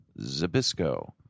Zabisco